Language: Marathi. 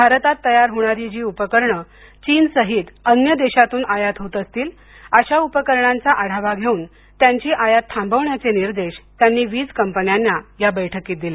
भारतात तयार होणारी जी उपकरणे चीनसहित अन्य देशांतून आयात होत असतील अशा उपकरणांचा आढावा घेऊन त्यांची आयात थांबवण्याचे निर्देश त्यांनी वीज कंपन्यांना या बैठकीत दिले